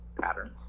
patterns